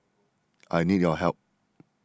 I need your help